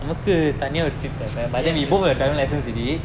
yes yes